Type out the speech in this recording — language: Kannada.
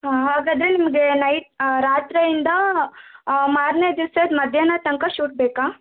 ಹಾಂ ಹಾಗಾದರೆ ನಿಮಗೆ ನೈಟ್ ರಾತ್ರಿ ಇಂದ ಮಾರನೇ ದಿವ್ಸದ ಮಧ್ಯಾಹ್ನ ತನಕ ಶೂಟ್ ಬೇಕಾ